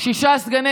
שישה סגני